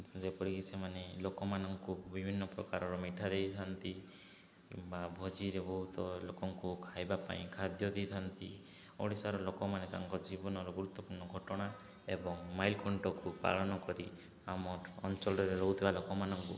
ଯେପରିକି ସେମାନେ ଲୋକମାନଙ୍କୁ ବିଭିନ୍ନ ପ୍ରକାରର ମିଠା ଦେଇଥାନ୍ତି କିମ୍ବା ଭୋଜିରେ ବହୁତ ଲୋକଙ୍କୁ ଖାଇବା ପାଇଁ ଖାଦ୍ୟ ଦେଇଥାନ୍ତି ଓଡ଼ିଶାର ଲୋକମାନେ ତାଙ୍କ ଜୀବନର ଗୁରୁତ୍ୱପୂର୍ଣ୍ଣ ଘଟଣା ଏବଂ ମାଇଲ ଖୁଣ୍ଟକୁ ପାଳନ କରି ଆମ ଅଞ୍ଚଳରେ ରହୁଥିବା ଲୋକମାନଙ୍କୁ